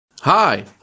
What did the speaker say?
Hi